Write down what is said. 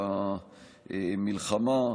במלחמה.